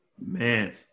Man